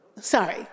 Sorry